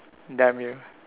damn you